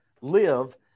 live